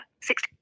six